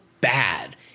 bad